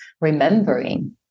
remembering